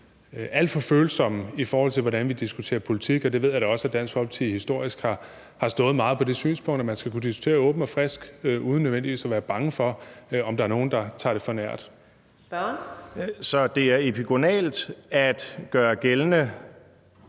alt for følsomme, i forhold til hvordan vi diskuterer politik. Og jeg ved da også, at Dansk Folkeparti historisk har stået meget på det synspunkt, at man skal kunne diskutere åbent og frisk uden nødvendigvis at være bange for, om der nogen, der tager det for nært. Kl. 14:08 Fjerde